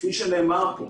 כפי שנאמר פה,